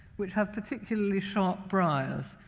which have particularly sharp briars,